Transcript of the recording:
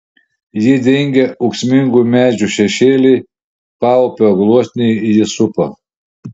jį dengia ūksmingų medžių šešėliai paupio gluosniai jį supa